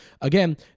again